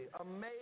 amazing